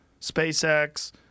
SpaceX